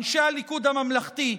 אנשי הליכוד הממלכתי,